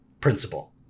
principle